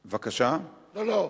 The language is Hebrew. לא לא,